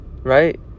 right